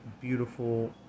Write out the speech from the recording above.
beautiful